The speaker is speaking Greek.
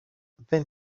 δεν